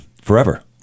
forever